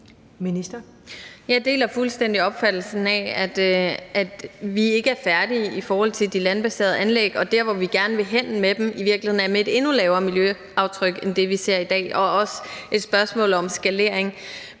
Jeg deler fuldstændig opfattelsen af, at vi ikke er færdige i forhold til de landbaserede anlæg, og der, hvor vi i virkeligheden gerne vil hen med dem, er med et endnu lavere miljøaftryk end det, vi ser i dag, og der er også et spørgsmål om skalering.